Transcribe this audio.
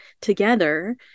together